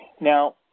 Now